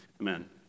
Amen